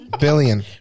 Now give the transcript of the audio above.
Billion